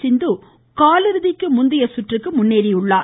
சிந்து காலிறுதிக்கு முந்தைய சுற்றுக்கு முன்னேறியுள்ளார்